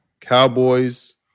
Cowboys